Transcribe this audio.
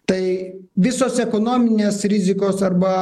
tai visos ekonominės rizikos arba